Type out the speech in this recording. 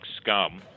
Scum